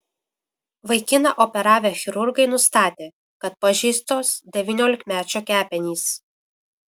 vaikiną operavę chirurgai nustatė kad pažeistos devyniolikmečio kepenys